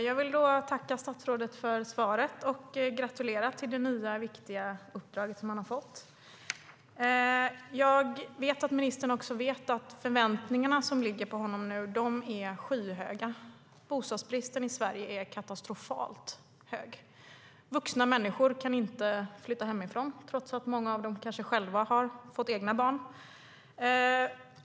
Herr talman! Jag vill tacka statsrådet för svaret och gratulera till det nya viktiga uppdrag som han har fått. Jag vet att ministern vet att de förväntningar som nu ligger på honom är skyhöga. Bostadsbristen i Sverige är katastrofalt stor. Vuxna människor kan inte flytta hemifrån, trots att många av dem kanske har fått egna barn.